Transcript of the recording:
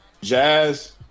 jazz